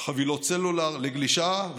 סלולר לגלישה.